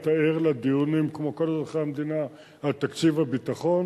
אתה כמו כל אזרחי המדינה ער לדיונים על תקציב הביטחון,